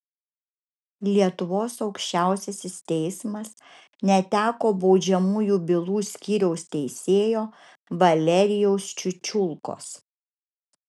lietuvos aukščiausiasis teismas neteko baudžiamųjų bylų skyriaus teisėjo valerijaus čiučiulkos